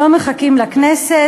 לא מחכים לכנסת.